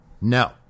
No